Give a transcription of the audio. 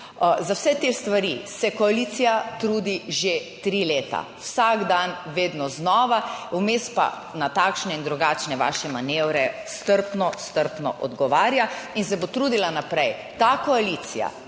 Za vse te stvari se koalicija trudi že tri leta, vsak dan vedno znova. Vmes pa na takšne in drugačne vaše manevre strpno, strpno odgovarja in se bo trudila naprej. Ta koalicija,